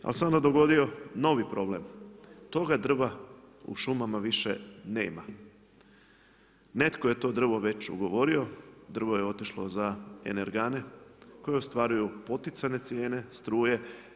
Ali se onda dogodio novi problem, toga drva u šumama više nema. netko je to drvo već ugovorio, drvo je otišlo za energane koje ostvaruju poticajne cijene struje.